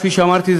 כפי שאמרתי,